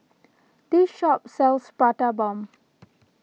this shop sells Prata Bomb